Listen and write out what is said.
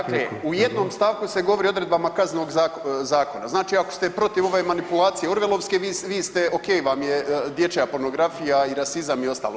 Dakle, u jednom stavku se govori o odredbama Kaznenog zakona, znači ako ste protiv ove manipulacije Orwellovske vi ste okej vam je dječja pornografija, rasizam i ostalo.